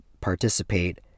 participate